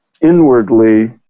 inwardly